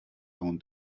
own